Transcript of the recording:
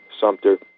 Sumter